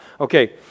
Okay